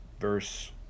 verse